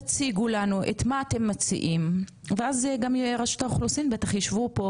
תציגו לנו את מה אתם מציעים ואז גם רשות האוכלוסין בטח יישבו פה,